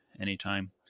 anytime